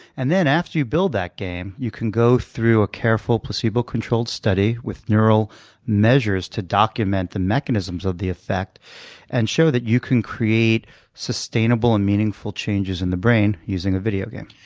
and then, after you build that game, you can go through a careful placebo-controlled study with neural measure to document the mechanisms of the effect and show that you can create sustainable and meaningful changes in the brain using a video game.